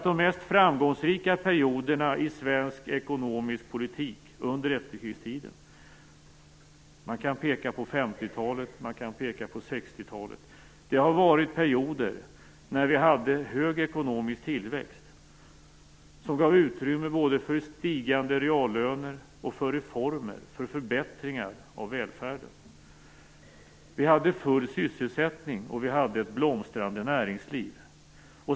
De mest framgångsrika perioderna i svensk ekonomisk politik under efterkrigstiden - man kan peka på 50 och 60 talen - har nämligen varit perioder med hög ekonomisk tillväxt som gav utrymme både för stigande reallöner och för reformer, förbättringar av välfärden. Vi hade full sysselsättning och ett blomstrande näringsliv.